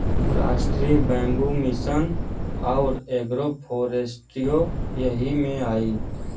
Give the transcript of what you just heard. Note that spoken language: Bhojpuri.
राष्ट्रीय बैम्बू मिसन आउर एग्रो फ़ोरेस्ट्रीओ यही में आई